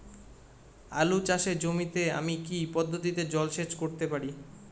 আলু চাষে জমিতে আমি কী পদ্ধতিতে জলসেচ করতে পারি?